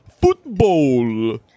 football